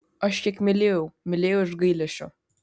aš kiek mylėjau mylėjau iš gailesčio